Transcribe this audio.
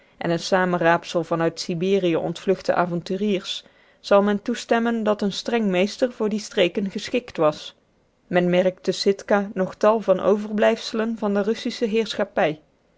en een samenraapsel van uit siberië ontvluchte avonturiers zal men toestemmen dat een streng meester voor die streken geschikt was men merkt te sitka nog tal van overblijfselen van de russische heerschappij